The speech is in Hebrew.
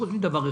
חוץ מדבר אחד.